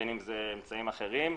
בין אם באמצעים אחרים.